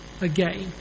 again